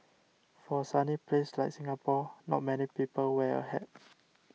for a sunny place like Singapore not many people wear a hat